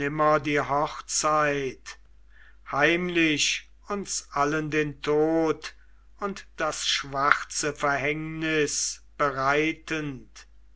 die hochzeit heimlich uns allen den tod und das schwarze verhängnis bereitend